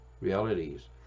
realities